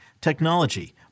technology